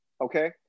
Okay